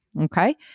Okay